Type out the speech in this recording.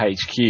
HQ